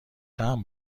طعم